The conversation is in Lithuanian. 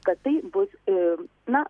kad tai bus na